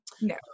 No